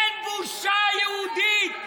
אין בושה יהודית,